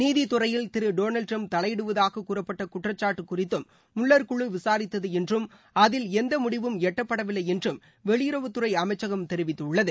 நீதித்துறையில் திரு Donald Trump தலையிடுவதாக கூறப்பட்ட குற்றச்சாட்டு குறித்தும் முல்லர் குழு விசாரித்தது என்றும் அதில் எந்த முடிவும் எட்டப்படவில்லை என்றும் வெளியுறவுத்துறை அமைச்சகம் தெரிவித்துள்ளது